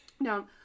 Now